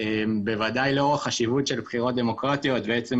בוודאי לאור החשיבות של בחירות דמוקרטיות ועצם